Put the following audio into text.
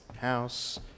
House